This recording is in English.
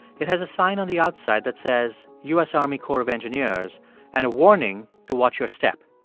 it has a sign on the outside that says u s. army corps of engineers and a warning to watch your step.